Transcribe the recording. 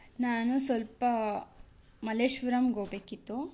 ನಾನು ಸ್ವಲ್ಪ ಮಲ್ಲೇಶ್ವರಂಗೆ ಹೋಗ್ಬೇಕಿತ್ತು